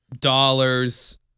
dollars